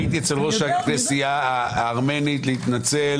הייתי אצל ראש הכנסייה הארמנית על מנת להתנצל.